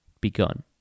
begun